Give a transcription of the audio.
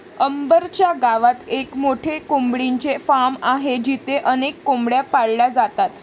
अंबर च्या गावात एक मोठे कोंबडीचे फार्म आहे जिथे अनेक कोंबड्या पाळल्या जातात